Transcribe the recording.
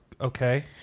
Okay